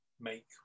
make